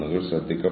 അതിനാൽ ഇതാണ് മാതൃക